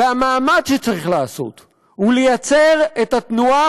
והמאמץ שצריך לעשות הוא לייצר את התנועה